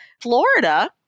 Florida